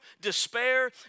despair